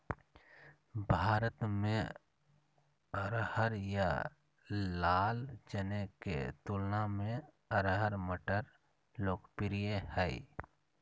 भारत में अरहर या लाल चने के तुलना में अरहर मटर लोकप्रिय हइ